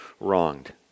wronged